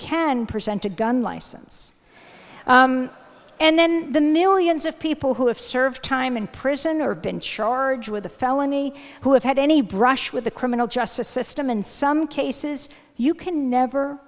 can present a gun license and then the millions of people who have served time in prison or been charged with a felony who have had any brush with the criminal justice system in some cases you can never